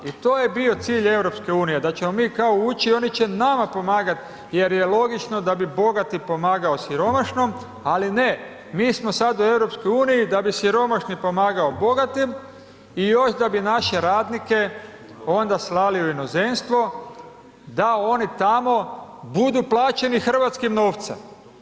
I to je bio cilj EU, da ćemo mi kao ući i oni će kao nama pomagati jer je logično da bi bogati pomagao siromašnom, ali ne mi smo sad u EU da bi siromašni pomagao bogatom i još da bi naše radnike onda slali u inozemstvo da oni tamo budu tamo plaćeni hrvatskim novcem.